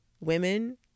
women